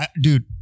dude